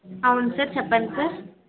అవును సార్ చెప్పండి సార్